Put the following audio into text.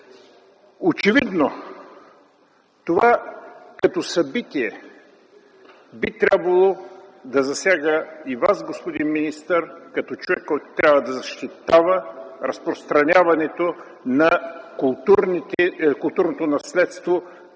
Очевидно това като събитие би трябвало да засяга и Вас, господин министър като човек, който трябва да защитава разпространяването на културното наследство